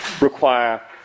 require